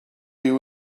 you